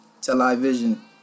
television